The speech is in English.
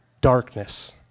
Darkness